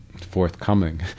forthcoming